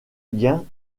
liens